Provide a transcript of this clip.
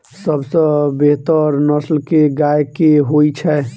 सबसँ बेहतर नस्ल केँ गाय केँ होइ छै?